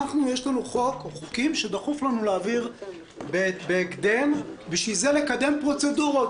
יש לנו חוקים שדחוף לנו להעביר בהקדם ובשביל זה לקדם פרוצדורות,